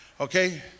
Okay